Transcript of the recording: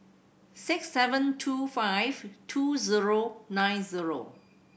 six seven two five two zero nine zero